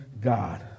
God